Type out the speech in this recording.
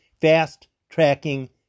Fast-tracking